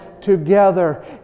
together